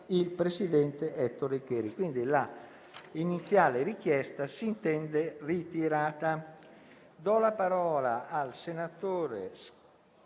Il presidente Ettore Licheri». Quindi, l'iniziale richiesta si intende ritirata.